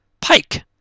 Pike